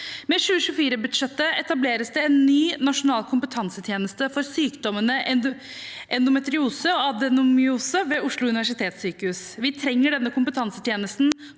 Med 2024-budsjettet etableres det en ny nasjonal kompetansetjeneste for sykdommene endometriose og adenomyose ved Oslo universitetssykehus. Vi trenger denne kompetansetjenesten